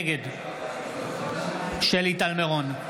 נגד שלי טל מירון,